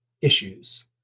issues